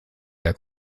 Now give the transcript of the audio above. der